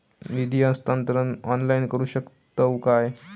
निधी हस्तांतरण ऑनलाइन करू शकतव काय?